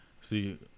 See